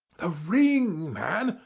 the ring, man,